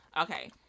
Okay